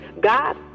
God